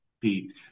Pete